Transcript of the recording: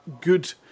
good